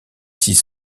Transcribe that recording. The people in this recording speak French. six